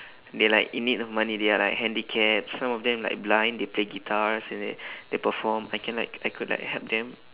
they're like in need of money they are like handicapped some of them like blind they play guitars and they they perform I can like I could like help them